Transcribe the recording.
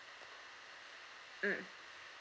mm